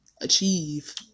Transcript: achieve